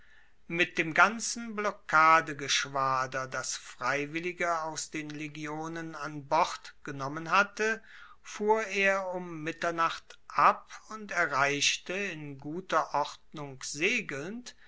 mit dem ganzen blockadegeschwader das freiwillige aus den legionen an bord genommen hatte fuhr er um mitternacht ab und erreichte in guter ordnung segelnd